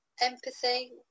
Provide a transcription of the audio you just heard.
empathy